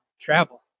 travel